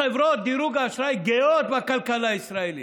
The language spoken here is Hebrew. חברות דירוג האשראי גאות בכלכלה הישראלית.